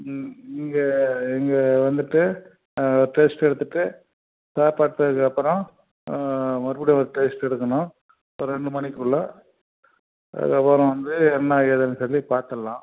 ம் இங்கே இங்கே வந்துவிட்டு ஆ டெஸ்ட் எடுத்துவிட்டு சாப்பிட்டதுக்கப்றோம் ஆ மறுபடி ஒரு டெஸ்ட் எடுக்கணும் ஒரு ரெண்டு மணிக்குள்ளே அதுக்கப்றம் வந்து என்ன ஏதுன்னு சொல்லி பாத்துடலாம்